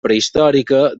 prehistòrica